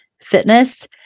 fitness